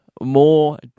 more